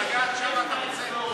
לגעת שם אתה רוצה?